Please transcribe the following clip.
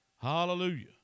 Hallelujah